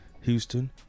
Houston